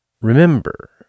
remember